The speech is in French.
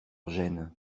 gêne